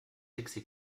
dixi